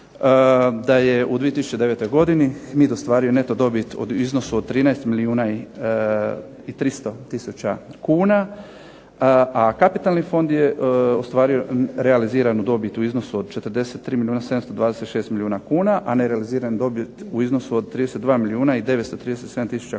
da je u 2009. godini MID ostvario neto dobit u iznosu od 13 milijuna i 300 tisuća kuna, a kapitalni fond je ostvario realiziranu dobit u iznosu od 43 milijuna 726 milijuna kuna, a nerealiziranu dobit u iznosu od 32 milijuna i 937 tisuća kuna